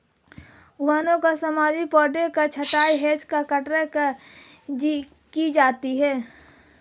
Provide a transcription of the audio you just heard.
उद्यानों में सजावटी पौधों की छँटाई हैज कटर से की जाती है